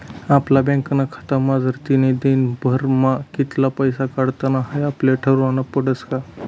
आपला बँकना खातामझारतीन दिनभरमा कित्ला पैसा काढानात हाई आपले ठरावनं पडस का